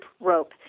rope